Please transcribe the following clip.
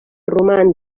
roman